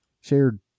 shared